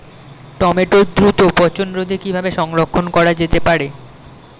টমেটোর দ্রুত পচনরোধে কিভাবে সংরক্ষণ করা যেতে পারে?